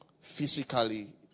physically